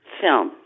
film